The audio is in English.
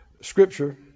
scripture